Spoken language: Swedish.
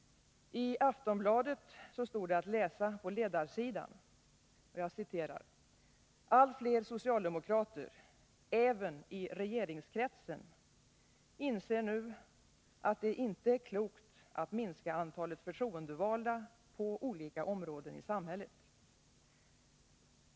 I Aftonbladet stod att läsa på ledarsidan: ”Allt fler socialdemokrater — även i regeringskretsen — inser nu att det inte är klokt att minska antalet förtroendevalda på olika områden i samhället.